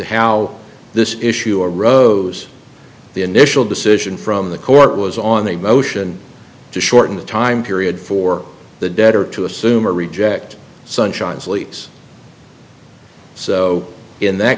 how this issue arose the initial decision from the court was on a motion to shorten the time period for the debtor to assume or reject sunshines lease so in that